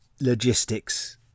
logistics